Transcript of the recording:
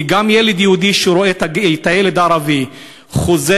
כי גם ילד יהודי שרואה את הילד הערבי חוזר